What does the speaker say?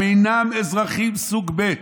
הם אינם אזרחים סוג ב'".